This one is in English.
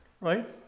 right